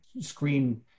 screen